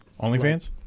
OnlyFans